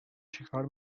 چیکار